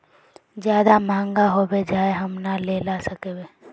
ज्यादा महंगा होबे जाए हम ना लेला सकेबे?